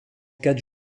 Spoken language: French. quatre